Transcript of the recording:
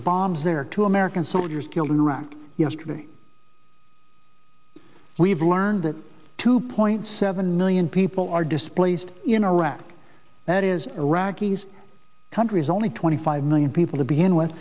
bombs there two american soldiers killed in iraq yesterday we've learned that two point seven million people are displaced in iraq and it is iraqis countries only twenty five million people to begin with